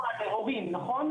אנחנו מדברים פה על ההורים, נכון?